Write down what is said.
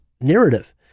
narrative